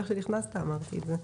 איך שנכנסת אמרתי את זה.